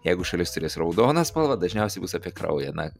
jeigu šalis turės raudoną spalvą dažniausiai bus apie kraują na